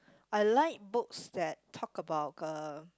I like books that talk about uh